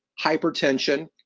hypertension